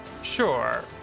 Sure